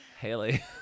Haley